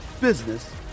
business